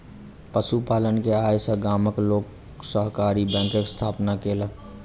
पशु पालन के आय सॅ गामक लोक सहकारी बैंकक स्थापना केलक